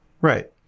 Right